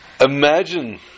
imagine